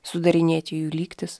sudarinėti jų lygtis